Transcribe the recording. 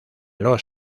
los